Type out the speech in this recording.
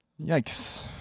yikes